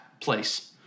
place